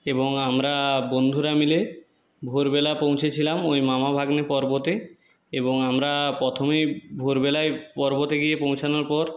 এবং আমরা বন্ধুরা মিলে ভোরবেলা পৌঁছেছিলাম ওই মামাভাগ্নে পর্বতে এবং আমরা পথমেই ভোরবেলায় পর্বতে গিয়ে পৌঁছানোর পর